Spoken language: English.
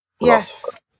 Yes